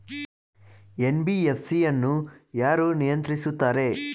NBFC ಅನ್ನು ಯಾರು ನಿಯಂತ್ರಿಸುತ್ತಾರೆ?